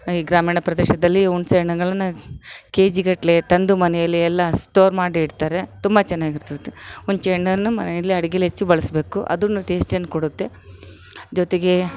ಈ ಗ್ರಾಮೀಣ ಪ್ರದೇಶದಲ್ಲಿ ಹುಣ್ಸೆ ಹಣ್ಗಳನ್ನು ಕೆ ಜಿಗಟ್ಲೆ ತಂದು ಮನೆಯಲ್ಲಿ ಎಲ್ಲ ಸ್ಟೋರ್ ಮಾಡಿ ಇಡ್ತಾರೆ ತುಂಬ ಚೆನ್ನಾಗಿರ್ತೈತೆ ಮುಂಚೆ ಎಣ್ಣೆಯನ್ನು ಮನೆಯಲ್ಲೇ ಅಡಿಗೇಲಿ ಹೆಚ್ಚು ಬಳಸಬೇಕು ಅದನ್ನು ಟೇಸ್ಟನ್ನು ಕೊಡುತ್ತೆ ಜೊತೆಗೆ